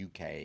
UK